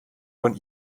von